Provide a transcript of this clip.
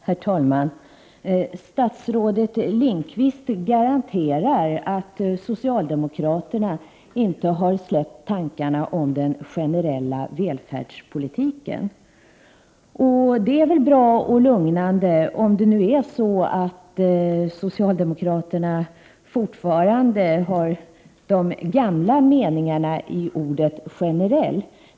Herr talman! Statsrådet Lindqvist garanterar att socialdemokraterna inte har släppt tankarna på den generella välfärdspolitiken. Det är väl bra och lugnande, om socialdemokraterna fortfarande lägger in den gamla meningen i ordet generell.